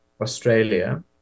australia